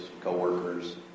co-workers